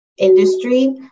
Industry